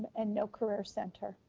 and no career center.